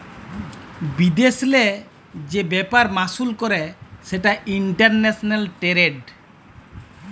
বিদেশেল্লে যে ব্যাপার মালুস ক্যরে সেটা ইলটারল্যাশলাল টেরেড